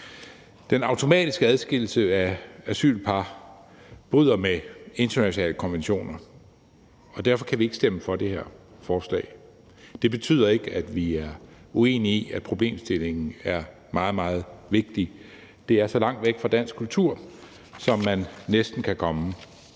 Den automatiske adskillelse af asylpar bryder med internationale konventioner, og derfor kan vi ikke stemme for det her forslag. Det betyder ikke, at vi er uenige i, at problemstillingen er meget, meget vigtig. Det er så langt væk fra dansk kultur, som man næsten kan komme.